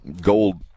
gold